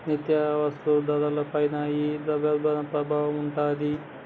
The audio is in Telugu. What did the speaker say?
నిత్యావసరాల ధరల పైన ఈ ద్రవ్యోల్బణం ప్రభావం ఉంటాది